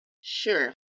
Sure